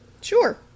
Sure